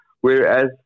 whereas